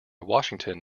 washington